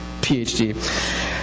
PhD